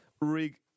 Rig